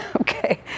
Okay